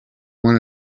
want